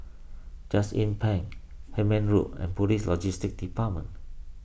Just Inn Pine Hemmant Road and Police Logistics Department